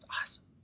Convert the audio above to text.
awesome